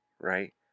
right